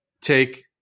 take